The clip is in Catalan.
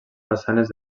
façanes